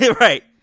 Right